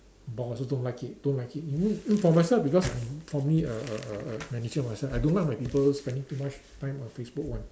bosses don't like it don't like it even for myself because I'm for me err err err err manager myself I don't like my people spending too much time on Facebook one